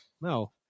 No